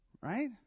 Right